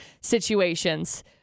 situations